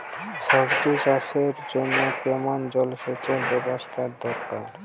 সবজি চাষের জন্য কেমন জলসেচের ব্যাবস্থা দরকার?